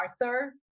Arthur